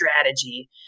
strategy